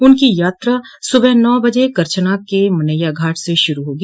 उनकी यात्रा सुबह नौ बजे करछना के मनैया घाट से शुरू होगी